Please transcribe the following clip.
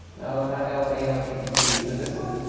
no, not alttp. is it this one?